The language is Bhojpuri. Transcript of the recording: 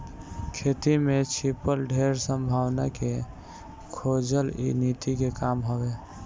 खेती में छिपल ढेर संभावना के खोजल इ नीति के काम हवे